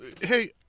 hey